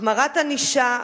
החמרת ענישה,